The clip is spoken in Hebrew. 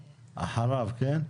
אחריו, כן.